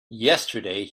yesterday